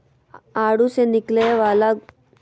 आडू से निकलय वाला गोंद और तेल बहुत उपयोगी होबो हइ